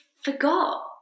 forgot